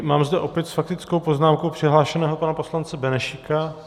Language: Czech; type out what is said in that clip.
Mám zde opět s faktickou poznámkou přihlášeného pana poslance Benešíka.